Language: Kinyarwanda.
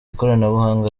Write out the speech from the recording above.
ikoranabuhanga